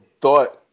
thought